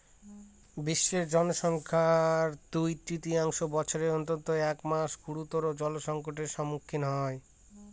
বিশ্বের জনসংখ্যার দুই তৃতীয়াংশ বছরের অন্তত এক মাস গুরুতর জলসংকটের সম্মুখীন হয়